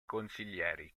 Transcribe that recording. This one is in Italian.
consiglieri